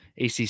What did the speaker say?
ACC